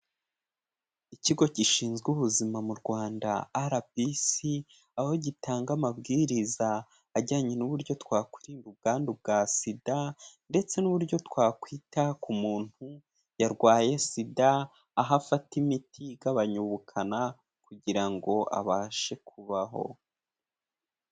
Ikigo gishinzwe ubuzima mu Rwanda RBC, aho gitanga amabwiriza ajyanye n'uburyo twakwirinda ubwandu bwa SIDA, ndetse n'uburyo twakwita ku muntu yarwaye SIDA, aho afata imiti igabanya ubukana, kugira ngo abashe kubaho.